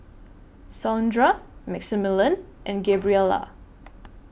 Saundra Maximillian and Gabriela